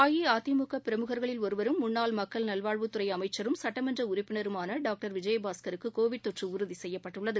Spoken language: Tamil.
அஇஅதிமுக பிரமுகர்களில் ஒருவரும் முன்னாள் மக்கள் நல்வாழ்வுத்துறை அமைச்சரும் சட்டமன்ற உறுப்பினருமான டாக்டர் சி விஜயபாஸ்கருக்கு கோவிட் தொற்று உறுதி செய்யப்பட்டுள்ளது